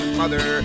mother